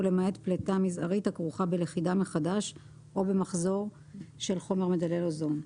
ולמעט פליטה מזערית הכרוכה בלכידה מחדש או במחזור של חומר מדלל אוזון.